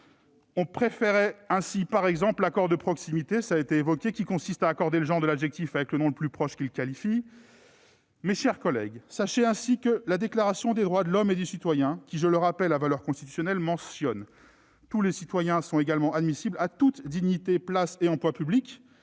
On préférait ainsi, par exemple, l'accord de proximité, qui consiste à accorder le genre de l'adjectif avec le nom le plus proche qu'il qualifie. Mes chers collègues, sachez ainsi que la Déclaration des droits de l'homme et du citoyen, qui, je le rappelle, a valeur constitutionnelle, mentionne :« Tous les Citoyens [...] sont également admissibles à toutes dignités, places et emplois publics.